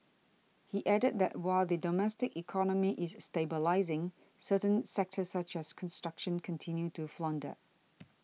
he added that while the domestic economy is stabilising certain sectors such as construction continue to flounder